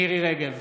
מירי מרים רגב,